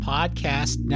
Podcast